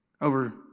over